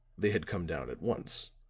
they had come down at once.